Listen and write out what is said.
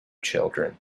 children